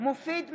מופיד מרעי,